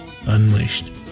Unleashed